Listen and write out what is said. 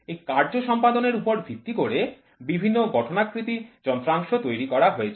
এই কার্য সম্পাদনের উপর ভিত্তি করে বিভিন্ন গঠনাকৃতি যন্ত্রাংশ তৈরি করা হয়েছে